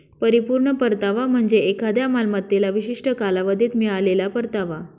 परिपूर्ण परतावा म्हणजे एखाद्या मालमत्तेला विशिष्ट कालावधीत मिळालेला परतावा